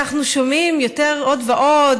אנחנו שומעים עוד ועוד,